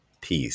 Peace